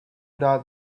doubt